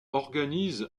organise